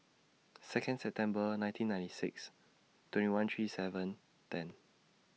Second September nineteen ninety six twenty one three seven ten